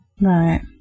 Right